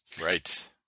Right